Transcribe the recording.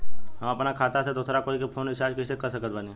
हम अपना खाता से दोसरा कोई के फोन रीचार्ज कइसे कर सकत बानी?